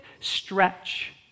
stretch